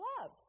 love